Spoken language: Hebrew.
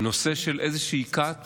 נושא של איזושהי כת